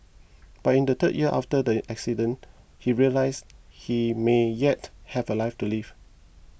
but in the third year after the accident he realised he may yet have a life to live